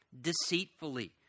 deceitfully